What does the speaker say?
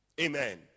Amen